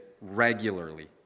regularly